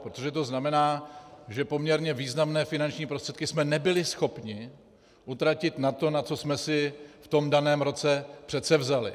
Protože to znamená, že poměrně významné finanční prostředky jsme nebyli schopni utratit na to, na co jsme si v tom daném roce předsevzali.